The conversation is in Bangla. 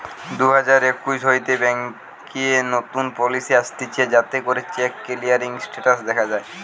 দুই হাজার একুশ হইতে ব্যাংকে নতুন পলিসি আসতিছে যাতে করে চেক ক্লিয়ারিং স্টেটাস দখা যায়